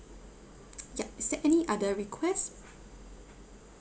yup is there any other request